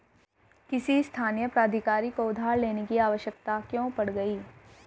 किसी स्थानीय प्राधिकारी को उधार लेने की आवश्यकता क्यों पड़ गई?